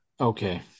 Okay